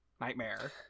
Nightmare